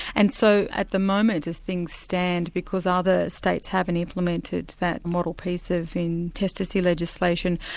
and so at the moment as things stand, because other states haven't implemented that model piece of intestacy legislation,